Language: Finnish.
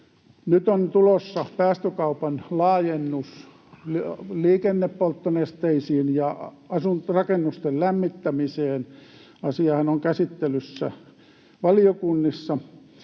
Nyt on tulossa päästökaupan laajennus liikennepolttonesteisiin ja asuinrakennusten lämmittämiseen. Asiahan on käsittelyssä valiokunnissa.